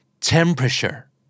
temperature